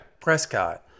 Prescott